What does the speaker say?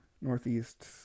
Northeast